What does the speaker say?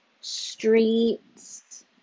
streets